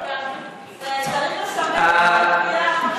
פעם אחת תגיד מתוקות ומתוקים.